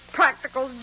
practical